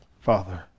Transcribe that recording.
father